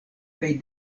kaj